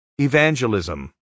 evangelism